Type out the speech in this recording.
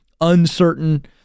uncertain